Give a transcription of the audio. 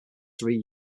three